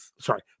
sorry